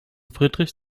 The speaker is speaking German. friedrich